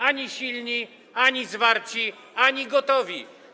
Ani silni, ani zwarci, ani gotowi.